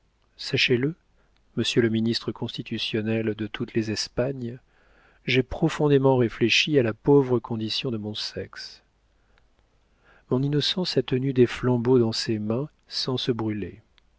sachez-le monsieur le ministre constitutionnel de toutes les espagnes j'ai profondément réfléchi à la pauvre condition de mon sexe mon innocence a tenu des flambeaux dans ses mains sans se brûler